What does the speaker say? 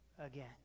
again